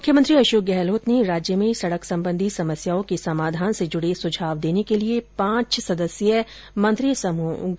मुख्यमंत्री अशोक गहलोत ने राज्य में सड़क सम्बन्धी समस्याओं के समाधान से जुड़े सुझाव देने के लिए पांच सदस्यीय मंत्री समृह गठित किया है